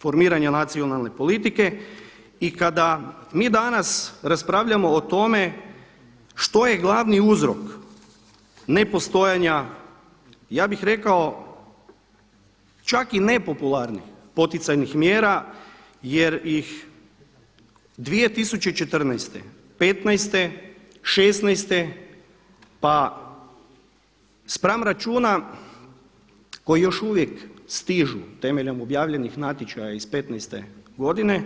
Formiranje nacionalne politike i kada mi danas raspravljamo o tome što je glavni uzrok nepostojanja, ja bih rekao čak i nepopularni poticajnih mjera jer ih 2014., 2015., 2016. pa spram računa koji još uvijek stižu temeljem objavljenih natječaja iz 2015. godine